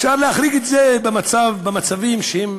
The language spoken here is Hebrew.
אפשר להחריג במצבים שהם,